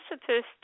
supposed